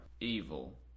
evil